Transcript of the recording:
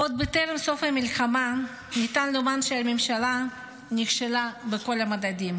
עוד טרם סוף המלחמה ניתן לומר שהממשלה נכשלה בכל המדדים,